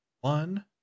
one